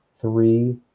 three